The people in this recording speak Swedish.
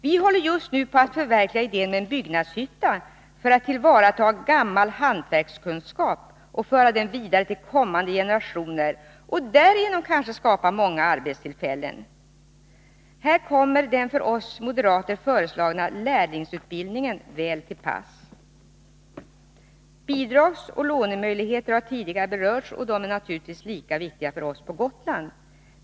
Vi håller just nu på att förverkliga idén med en byggnadshytta för att tillvarata gammal hantverkskunskap och föra den vidare till kommande generationer, och därigenom kanske skapa många arbetstillfällen. Här kommer den av oss moderater föreslagna lärlingsutbildningen väl till pass. Bidragsoch lånemöjligheterna har tidigare berörts, och de är naturligtvis mycket viktiga för oss på Gotland.